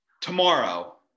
Tomorrow